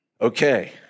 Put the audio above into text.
Okay